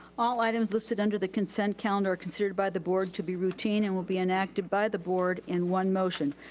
all items listed under the consent calendar are considered by the board to be routine and will be enacted by the board in one motion.